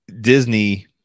Disney